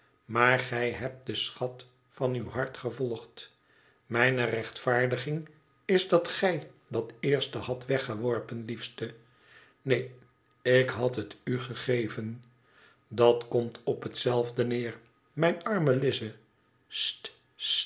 maar gij hebt den schat van uw hart gevolgd mijne rechtvaardiging is dat gij dat eerst hadt weggeworpen liefste neen ik had het u gegeven dat komt op hetzelfde neer mijne arme